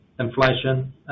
Inflation